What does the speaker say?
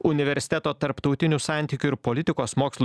universiteto tarptautinių santykių ir politikos mokslų